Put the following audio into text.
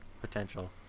potential